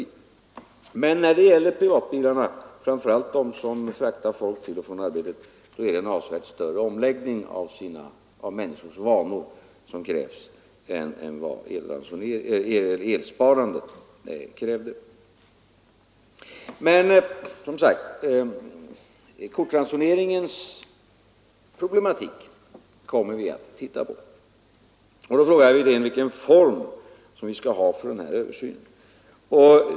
Men för att få ned bensinförbrukningen för privatbilarna, framför allt dem som fraktar folk till och från arbetet, krävs en avsevärt större omläggning av människors vanor än elsparandet krävde. Kortransoneringens problematik kommer vi att se över. Herr Wirtén frågar vilken form denna översyn kommer att få.